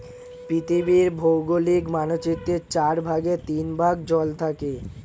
পৃথিবীর ভৌগোলিক মানচিত্রের চার ভাগের তিন ভাগ জল থাকে